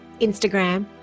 Instagram